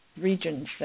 regions